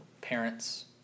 parents